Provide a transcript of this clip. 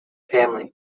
family